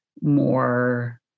more